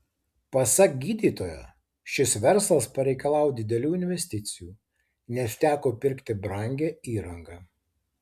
pasak gydytojo šis verslas pareikalavo didelių investicijų nes teko pirkti brangią įrangą